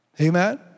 Amen